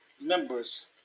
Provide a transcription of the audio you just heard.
members